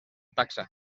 taxa